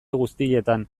guztietan